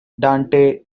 dante